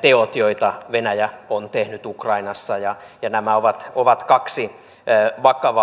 teot joita venäjä on tehnyt ukrainassa ja nämä ovat kaksi vakavaa asiaa